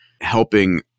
helping